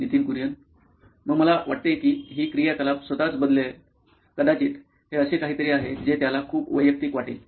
Nitin Kurien COO nine electronics मग मला वाटते की ही क्रियाकलाप स्वतःच बदलेल कदाचित हे असे काहीतरी आहे जे त्याला खूप वैयक्तिक वाटेल